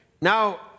now